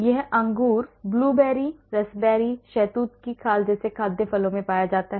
यह अंगूर blueberry raspberry शहतूत की खाल जैसे खाद्य फलों में पाया जाता है